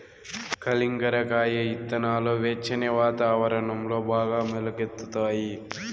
కలింగర కాయ ఇత్తనాలు వెచ్చని వాతావరణంలో బాగా మొలకెత్తుతాయి